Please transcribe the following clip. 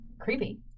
creepy